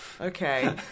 Okay